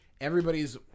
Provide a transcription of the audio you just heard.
Everybody's